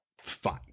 Fine